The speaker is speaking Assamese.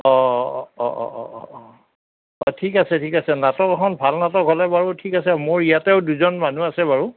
অঁ অঁ অঁ অঁ অঁ ঠিক আছে ঠিক আছে নাটকখন ভাল নাটক হ'লে বাৰু ঠিক আছে মোৰ ইয়াতেও দুজন মানুহ আছে বাৰু